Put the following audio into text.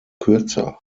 kürzer